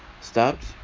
stopped